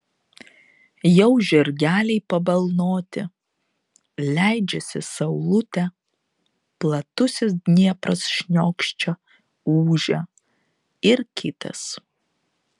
jau žirgeliai pabalnoti leidžiasi saulutė platusis dniepras šniokščia ūžia ir kitas